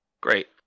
Great